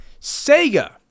Sega